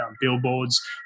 billboards